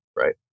right